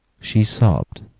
she sobbed,